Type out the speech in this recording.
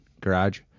Garage